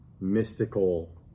mystical